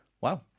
Wow